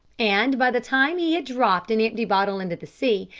and by the time he had dropped an empty bottle into the sea,